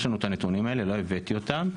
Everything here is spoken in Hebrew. יש לנו את הנתונים האלה, לא הבאתי אותם,